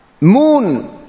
moon